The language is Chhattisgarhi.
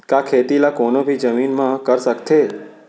का खेती ला कोनो भी जमीन म कर सकथे?